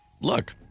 Look